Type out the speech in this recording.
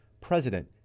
president